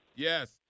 Yes